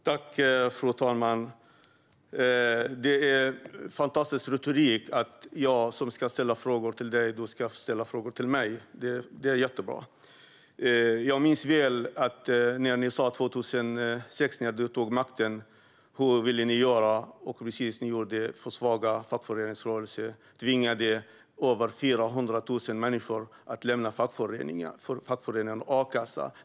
Fru talman! Det är fantastisk retorik att jag som ställer frågor till Jörgen Warborn ska svara på hans frågor till mig. Det är jättebra. Jag minns tydligt hur ni sa att ni ville göra när ni tog makten 2006, Jörgen Warborn, och ni gjorde precis det. Ni försvagade fackföreningsrörelsen och tvingade över 400 000 människor att lämna fackföreningarna och a-kassan.